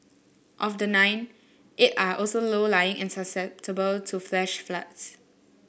of the nine eight all also are low lying and susceptible to flash floods